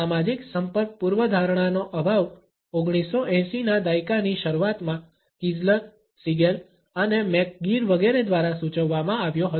સામાજિક સંપર્ક પૂર્વધારણાનો અભાવ 1980 ના દાયકાની શરૂઆતમાં કિઝલર સિગેલ અને મેકગીર વગેરે દ્વારા સૂચવવામાં આવ્યો હતો